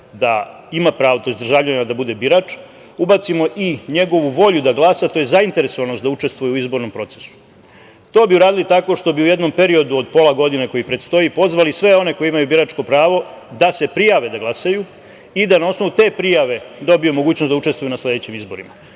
birača, to jest državljanina da bude birač, ubacimo i njegovu volju da glasa, a to je zainteresovanost da učestvuje u izbornom procesu. To bi uradili tako što bi u jednom periodu od pola godine, koji predstoji, pozvali sve one koji imaju biračko pravo da se prijave da glasaju i da, na osnovu te prijave, dobije mogućnost da učestvuje na sledećim izborima.